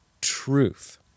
truth